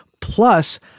Plus